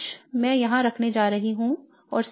H मैं यहाँ पर रखने जा रहा हूँ और CH3 यहाँ पर है